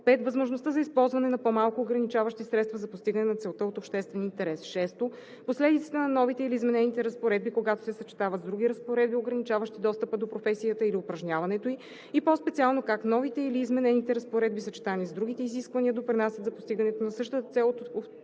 5. възможността за използване на по-малко ограничаващи средства за постигане на целта от обществен интерес; 6. последиците на новите или изменените разпоредби, когато се съчетават с други разпоредби, ограничаващи достъпа до професията или упражняването ѝ, и по-специално как новите или изменените разпоредби, съчетани с другите изисквания, допринасят за постигането на същата цел от обществен интерес